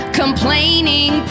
complaining